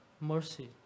mercy